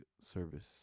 service